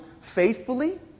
faithfully